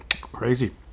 Crazy